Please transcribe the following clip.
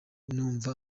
numva